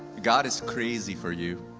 god is crazy for you.